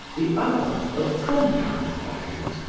the other of compound perfumes,